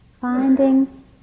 Finding